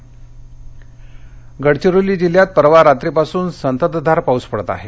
गडचिरोली गडचिरोली जिल्ह्यात परवा रात्रीपासून संततधार पाऊस पडत आहे